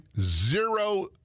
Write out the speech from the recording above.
zero